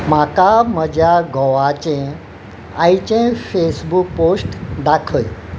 म्हाका म्हज्या घोवाचें आयचें फेसबूक पोस्ट दाखय